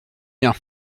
bien